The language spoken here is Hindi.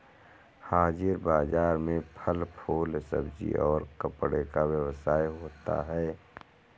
हाजिर बाजार में फल फूल सब्जी और कपड़े का व्यवसाय होता है